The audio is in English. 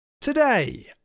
Today